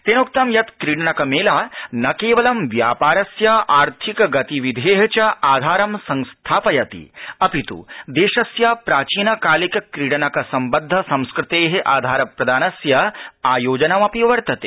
तेनोक्तं यत् क्रीडनकमेला न केवलं व्यापारस्य आर्थिकगतिविधे च आधारं संस्थापयति अपितु देशस्य प्राचीनकालिक क्रीडनकसम्बद्ध संस्कृते आधारप्रदानस्य आयोजनमपि वर्तते